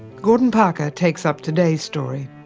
gordon parker takes up today's story.